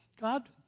God